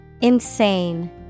Insane